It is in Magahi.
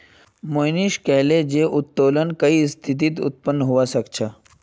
मोहनीश कहले जे उत्तोलन कई स्थितित उत्पन्न हबा सख छ